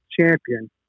champion